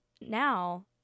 Now